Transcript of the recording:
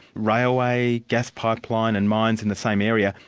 railway, gas pipeline and mines in the same area,